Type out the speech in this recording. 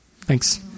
Thanks